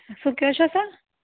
શું કયો છો સર